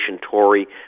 Tory